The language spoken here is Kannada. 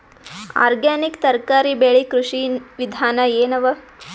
ಆರ್ಗ್ಯಾನಿಕ್ ತರಕಾರಿ ಬೆಳಿ ಕೃಷಿ ವಿಧಾನ ಎನವ?